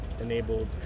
enabled